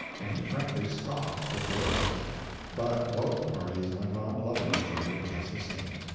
and he frankly scoffed at theirs but both parties went on loving each other just the same.